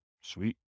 Sweet